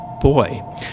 boy